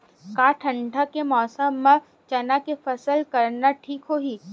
का ठंडा के मौसम म चना के फसल करना ठीक होही?